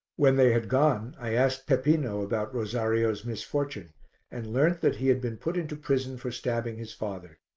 when they had gone, i asked peppino about rosario's misfortune and learnt that he had been put into prison for stabbing his father.